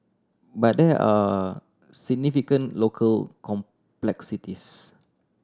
but there are significant local complexities